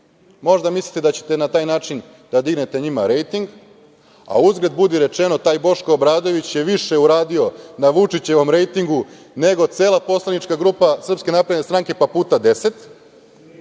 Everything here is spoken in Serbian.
Možda mislite da ćete na taj način da dignete njima rejting. Uzgred budi rečeno, taj Boško Obradović je više uradio na Vučićevom rejtingu nego cela poslanička grupa SNS pa puta